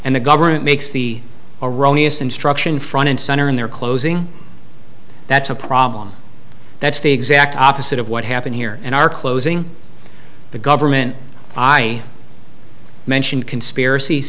and the government makes the erroneous instruction front and center in their closing that's a problem that's the exact opposite of what happened here in our closing the government i mentioned conspirac